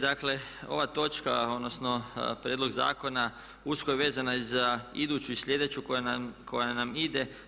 Dakle, ova točka odnosno prijedlog Zakona usko je vezna za iduću i sljedeću koja nam ide.